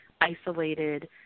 isolated